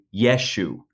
Yeshu